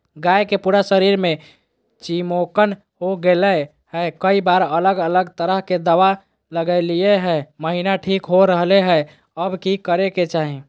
गाय के पूरा शरीर में चिमोकन हो गेलै है, कई बार अलग अलग तरह के दवा ल्गैलिए है महिना ठीक हो रहले है, अब की करे के चाही?